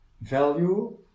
value